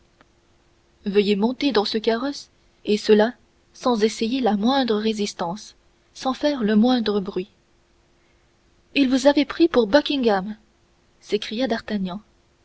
veuillez monter dans ce carrosse et cela sans essayer la moindre résistance sans faire le moindre bruit il vous avait pris pour buckingham s'écria d'artagnan